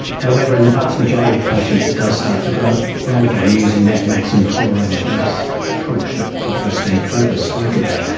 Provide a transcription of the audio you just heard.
however, in the vast majority of patients it does start to grow grow again, using that maximum tolerated dose approach that dr stankova spoke about.